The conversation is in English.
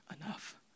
enough